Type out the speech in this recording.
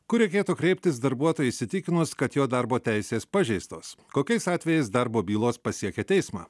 kur reikėtų kreiptis darbuotojui įsitikinus kad jo darbo teisės pažeistos kokiais atvejais darbo bylos pasiekia teismą